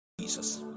Jesus